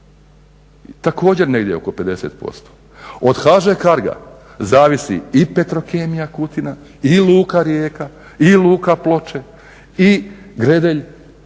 Također negdje oko 50%. Od HŽ Cargo-a zavisi i Petrokemija Kutina i Luka Rijeka, i Luka Ploče, i Gredelj,